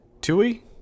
Tui